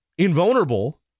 invulnerable